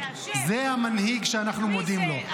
זה המנהיג שאנחנו מודים לו.